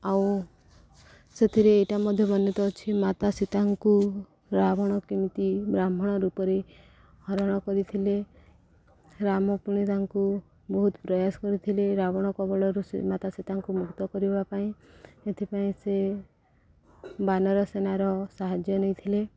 ଆଉ ସେଥିରେ ଏଇଟା ମଧ୍ୟ ବର୍ଣ୍ଣିତ ଅଛି ମାତା ସୀତାଙ୍କୁ ରାବଣ କେମିତି ବ୍ରାହ୍ମଣ ରୂପରେ ହରଣ କରିଥିଲେ ରାମ ପୁଣି ତାଙ୍କୁ ବହୁତ ପ୍ରୟାସ କରିଥିଲେ ରାବଣ କବଳରୁ ସେ ମାତା ସୀତାଙ୍କୁ ମୁକ୍ତ କରିବା ପାଇଁ ଏଥିପାଇଁ ସେ ବାନର ସେନାର ସାହାଯ୍ୟ ନେଇଥିଲେ